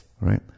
right